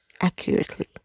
accurately